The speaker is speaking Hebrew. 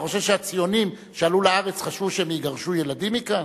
אתה חושב שהציונים שעלו לארץ חשבו שהם יגרשו ילדים מכאן?